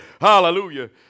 Hallelujah